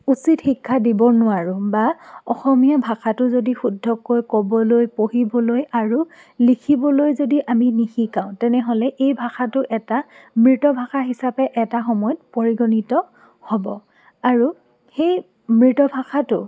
উচিত শিক্ষা দিব নোৱাৰোঁ বা অসমীয়া ভাষাটো যদি শুদ্ধকৈ ক'বলৈ পঢ়িবলৈ আৰু লিখিবলৈ যদি আমি নিশিকাওঁ তেনেহ'লে এই ভাষাটো এটা মৃতভাষা হিচাপে এটা সময়ত পৰিগণিত হ'ব আৰু সেই মৃতভাষাটো